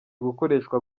gukoreshwa